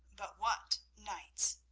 but what knight's?